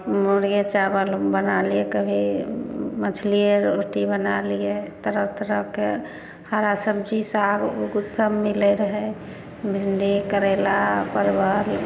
मुर्गे चावल बना लियै कभी मछलिये रोटी बना लियै तरह तरहके हरा सब्जी साग सब मिलै रहै भिंडी करेला परवल